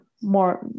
more